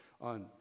on